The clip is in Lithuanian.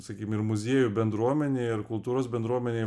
sakykim ir muziejų bendruomenei ar kultūros bendruomenei